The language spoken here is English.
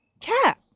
cat